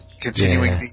continuing